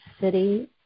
city